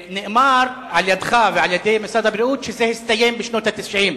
נאמר על-ידך ועל-ידי משרד הבריאות שזה הסתיים בשנות ה-90,